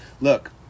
look